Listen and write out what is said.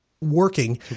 working